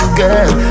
girl